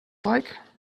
like